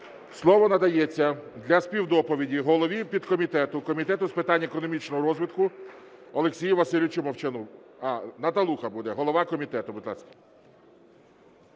Слово надається для співдоповіді голові підкомітету Комітету з питань економічного розвитку Олексію Васильовичу Мовчану. Наталуха буде. Голова комітету, будь ласка.